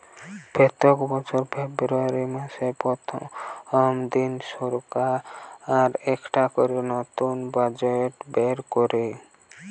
পোত্তেক বছর ফেব্রুয়ারী মাসের প্রথম দিনে সরকার একটা করে নতুন বাজেট বের কোরে